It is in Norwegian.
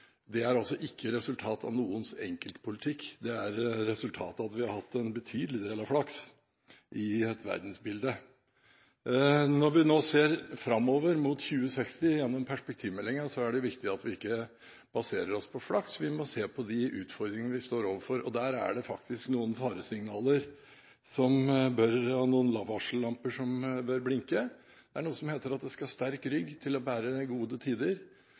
Det er altså ikke resultat av noens enkeltpolitikk. Det er resultat av at vi har hatt betydelig flaks – i verdenssammenheng. Når vi nå ser framover mot 2060 gjennom perspektivmeldingen, er det viktig at vi ikke baserer oss på flaks. Vi må se på de utfordringene vi står overfor, og der er det faktisk noen faresignaler og noen varsellamper som bør blinke. Det heter at det skal sterk rygg til å bære gode tider.